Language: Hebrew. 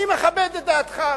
אני מכבד את דעתך,